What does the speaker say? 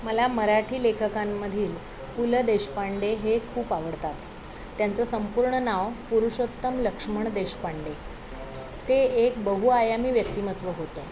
मला मराठी लेखकांमधील पु ल देशपांडे हे खूप आवडतात त्यांचं संपूर्ण नाव पुरुषोत्तम लक्ष्मण देशपांडे ते एक बहु आयामी व्यक्तिमत्त्व होतं